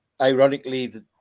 ironically